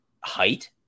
height